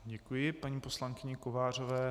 Děkuji paní poslankyni Kovářové.